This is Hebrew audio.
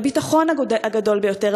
לביטחון הגדול ביותר,